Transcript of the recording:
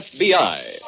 FBI